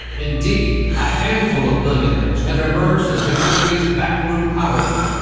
indeed, a handful of billionaires have emerged as the country's backroom power but